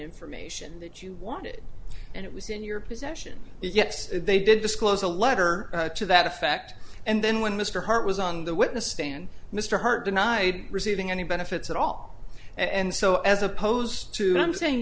information that you wanted and it was in your possession yes they did disclose a letter to that effect and then when mr hart was on the witness stand mr hurd denied receiving any benefits at all and so as opposed to what i'm saying